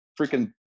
freaking